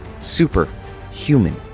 Superhuman